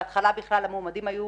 בהתחלה בכלל המועמדים היו,